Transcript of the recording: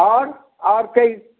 आओर आओर तैं